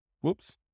Whoops